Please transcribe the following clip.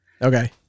okay